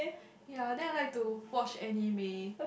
ya then I like to watch anime